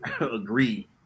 Agree